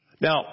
Now